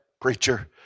preacher